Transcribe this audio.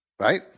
right